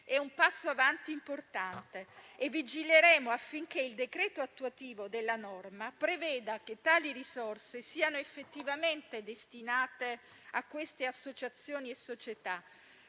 passo in avanti e vigileremo affinché il decreto attuativo della norma preveda che tali risorse siano effettivamente destinate ad associazioni e società